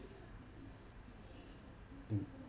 mm